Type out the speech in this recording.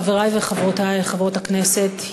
חברי וחברותי חברות הכנסת,